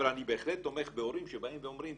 אבל אני בהחלט תומך בהורים שבאים ואומרים,